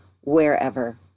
wherever